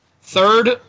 Third